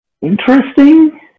Interesting